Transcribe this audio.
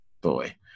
Boy